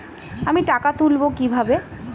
আমি টাকা তুলবো কি ভাবে?